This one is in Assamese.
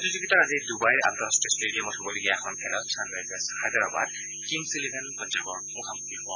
প্ৰতিযোগিতাৰ আজি ডুবাইৰ আন্তঃৰাষ্টীয় টেডিয়ামত হ'বলগীয়া এখন খেলত ছাইৰাইজাৰ্ছ হায়দৰাবাদ কিংছ এলেভেন পঞ্জাৱৰ মুখামুখি হ'ব